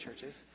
churches